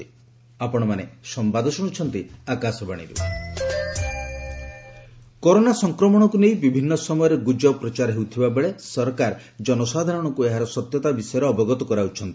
ଗଭ୍ clarification corona ସଂକ୍ରମଣକୁ ନେଇ ବିଭିନ୍ନ ସମୟରେ ଗୁଜବ ପ୍ରଚାର ହେଉଥିବା ବେଳେ ସରକାର ଜନସାଧାରଣଙ୍କୁ ଏହାର ସତ୍ୟତା ବିଷୟରେ ଅବଗତ କରାଉଛନ୍ତି